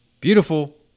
beautiful